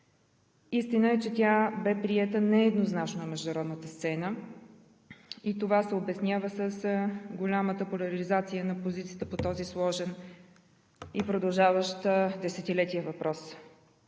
Истина е, че тя бе приета нееднозначно на международната сцена, и това се обяснява с голямата поляризация на позициите по този сложен и продължаващ десетилетия въпрос.